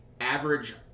average